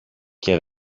και